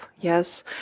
yes